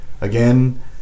again